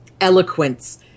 eloquence